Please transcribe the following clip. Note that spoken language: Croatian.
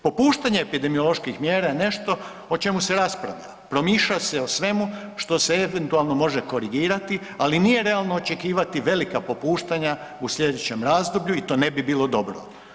Popuštanje epidemioloških mjera je nešto o čemu se raspravlja, promišlja se svemu što se eventualno može korigirati ali nije realno očekivati velika popuštanja u slijedećem razdoblju i to ne bi bilo dobro.